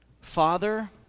Father